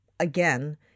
Again